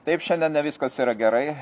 taip šiandien ne viskas yra gerai